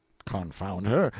confound her,